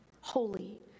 holy